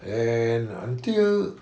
then until